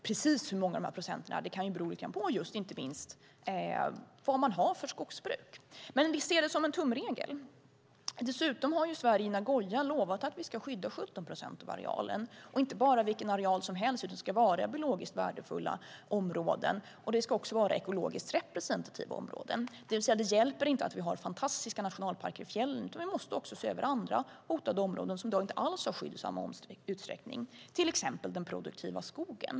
Precis hur många procent det ska vara beror inte minst på vad man har för skogsbruk, men vi ser det som en tumregel. Dessutom har Sverige i Nagoya lovat att vi ska skydda 17 procent av arealen - och inte bara vilken areal som helst, utan det ska vara biologiskt värdefulla områden. Det ska också vara ekologiskt representativa områden. Det räcker alltså inte att vi har fantastiska nationalparker i fjällen, utan vi måste också se över andra hotade områden som inte alls har skydd i samma utsträckning, till exempel den produktiva skogen.